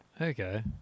Okay